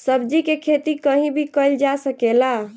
सब्जी के खेती कहीं भी कईल जा सकेला